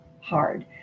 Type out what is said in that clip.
hard